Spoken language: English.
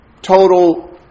total